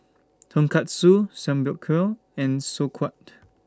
Tonkatsu Samgyeopsal and Sauerkraut